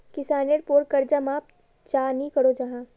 किसानेर पोर कर्ज माप चाँ नी करो जाहा?